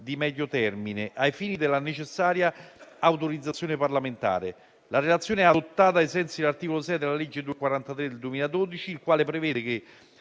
Grazie